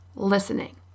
listening